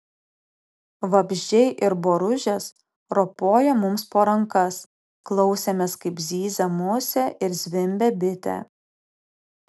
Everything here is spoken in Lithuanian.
vabzdžiai ir boružės ropojo mums po rankas klausėmės kaip zyzia musė ir zvimbia bitė